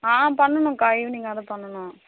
ஆ பண்ணுக்கா ஈவினிங்காது பண்ணுணும்